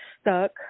stuck